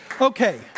Okay